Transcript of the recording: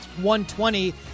120